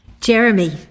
Jeremy